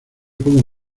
pongo